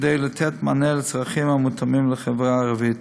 כדי לתת מענה המותאם לצורכי החברה הערבית.